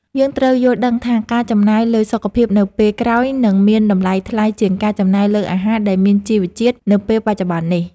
យើងត្រូវយល់ដឹងថាការចំណាយលើសុខភាពនៅពេលក្រោយនឹងមានតម្លៃថ្លៃជាងការចំណាយលើអាហារដែលមានជីវជាតិនៅពេលបច្ចុប្បន្ននេះ។